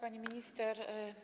Pani Minister!